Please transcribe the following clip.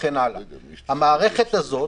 המערכת הזאת,